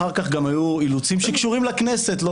אחר כך גם היו אילוצים שקשורים לכנסת.